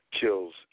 kills